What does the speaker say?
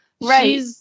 Right